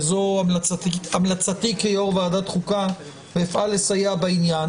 וזו המלצתי כיו"ר ועדת חוקה ואפעל לסייע בעניין,